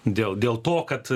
dėl dėl to kad